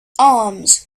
arms